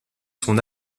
son